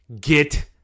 get